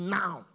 now